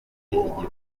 igihumbi